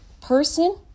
person